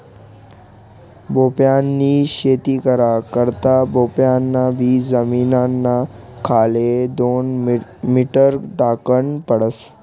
भोपयानी शेती करा करता भोपयान बी जमीनना खाले दोन मीटर टाकन पडस